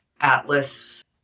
Atlas